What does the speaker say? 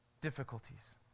difficulties